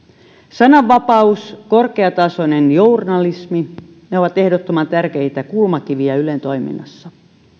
sananvapaus korkeatasoinen journalismi ovat ehdottoman tärkeitä kulmakiviä ylen toiminnassa